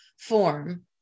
form